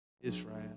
Israel